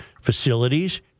Facilities